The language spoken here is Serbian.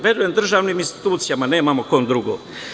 Verujem državnim institucijama, nemamo kom drugom.